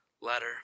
letter